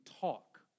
talk